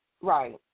Right